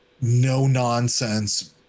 no-nonsense